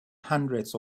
hundreds